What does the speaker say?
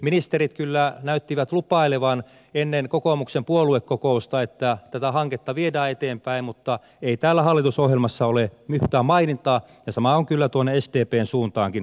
ministerit kyllä näyttivät lupailevan ennen kokoomuksen puoluekokousta että tätä hanketta viedään eteenpäin mutta ei täällä hallitusohjelmassa ole yhtään mainintaa ja sama on kyllä tuonne sdpnkin suuntaan sanottava